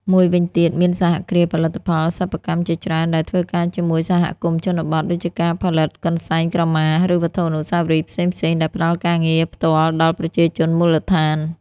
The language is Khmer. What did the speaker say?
មួយវិញទៀត មានសហគ្រាសផលិតផលសិប្បកម្មជាច្រើនដែលធ្វើការជាមួយសហគមន៍ជនបទ ដូចជាការផលិតកន្សែងក្រមា ឬវត្ថុអនុស្សាវរីយ៍ផ្សេងៗ ដែលផ្តល់ការងារផ្ទាល់ដល់ប្រជាជនមូលដ្ឋាន។